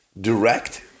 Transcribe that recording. direct